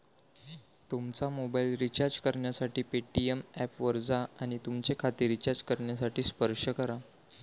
तुमचा mobile recharge करण्यासाठी Paytm ऐपवर जा आणि तुमचे खाते रिचार्ज करण्यासाठी स्पर्श करा